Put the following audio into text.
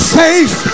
safe